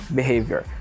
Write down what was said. behavior